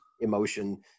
emotion